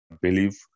believe